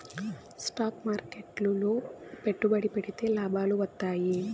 stock మార్కెట్లు లో పెట్టుబడి పెడితే లాభాలు వత్తాయి